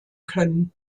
können